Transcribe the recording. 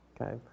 okay